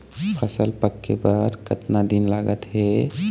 फसल पक्के बर कतना दिन लागत हे?